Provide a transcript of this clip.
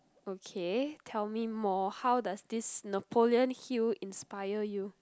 okay tell me more how does this Napoleon-Hill inspire you